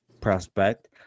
prospect